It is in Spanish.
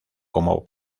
como